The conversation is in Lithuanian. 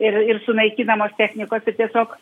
ir ir sunaikinamos technikos tai tiesiog